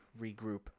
regroup